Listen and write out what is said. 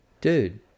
Dude